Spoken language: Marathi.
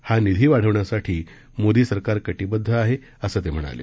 हा निधी वाढवण्यासाठी मोदी सरकार कटीबद्ध आहे असं ते म्हणाले